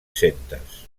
centes